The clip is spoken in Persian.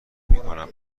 میکنم